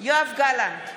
יואב גלנט,